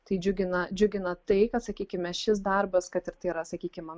tai džiugina džiugina tai kad sakykime šis darbas kad ir tai yra sakykime